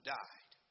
died